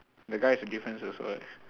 the guy is a difference also eh